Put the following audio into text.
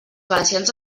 valencians